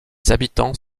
habitants